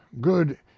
good